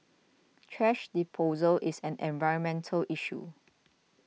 thrash disposal is an environmental issue